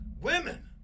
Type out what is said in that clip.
Women